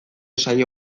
saio